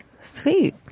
Sweet